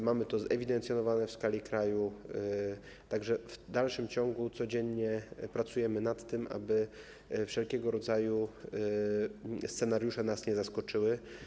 Mamy to zewidencjonowane w skali kraju, także w dalszym ciągu, codziennie pracujemy nad tym, aby wszelkiego rodzaju scenariusze nas nie zaskoczyły.